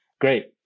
Great